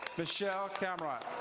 michelle camerot.